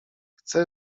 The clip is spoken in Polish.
chce